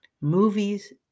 movies